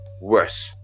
worse